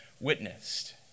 witnessed